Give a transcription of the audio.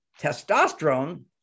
testosterone